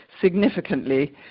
significantly